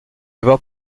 avoir